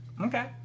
Okay